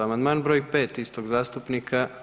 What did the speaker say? Amandman br. 5 istog zastupnika.